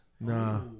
Nah